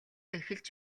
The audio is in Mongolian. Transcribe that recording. эхэлж